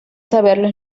saberlo